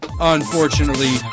unfortunately